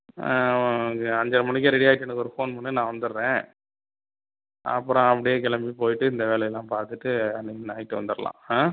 இங்கே அஞ்சரை மணிக்கே ரெடியாகிட்டு எனக்கு ஒரு ஃபோன் பண்ணு நான் வந்துடுறேன் அப்புறம் அப்படியே கிளம்பி போய்ட்டு இந்த வேலை எல்லாம் பார்த்துட்டு கண்டிப்பாக நைட் வந்துடுலாம்